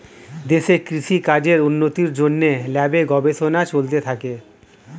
দেশে কৃষি কাজের উন্নতির জন্যে ল্যাবে গবেষণা চলতে থাকে